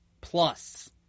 plus